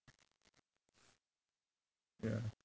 yeah